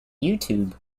youtube